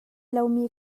lomi